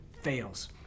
fails